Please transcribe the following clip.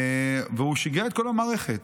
והוא שיגע את כל המערכת.